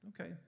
Okay